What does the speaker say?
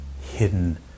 hidden